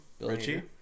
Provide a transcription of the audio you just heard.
Richie